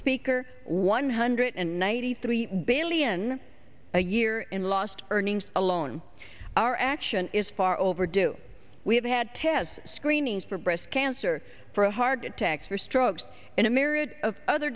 speaker one hundred and ninety three balian a year in lost earnings alone our action is far overdue we have had test screenings for breast cancer for a heart attacks or strokes and a myriad of other